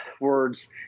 words